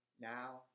Now